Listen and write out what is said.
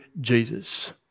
Jesus